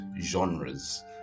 genres